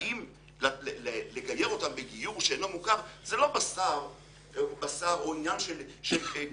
האם לגייר אותם בגיור שאינו מוכר זה לא בשר או עניין של כשרות.